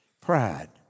Pride